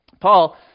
Paul